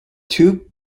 two